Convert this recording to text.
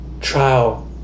trial